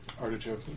Artichoke